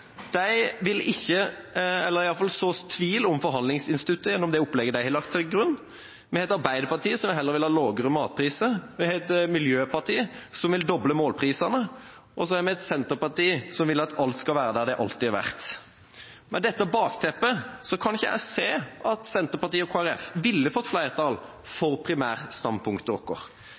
SV vil så tvil om forhandlingsinstituttet gjennom det opplegget de har lagt til grunn, med et arbeiderparti som heller vil ha lavere matpriser, med et miljøparti som vil doble målprisene – og så har vi et senterparti som vil at alt skal være der det alltid har vært. Med dette bakteppet kan ikke jeg se at Senterpartiet og Kristelig Folkeparti ville fått flertall for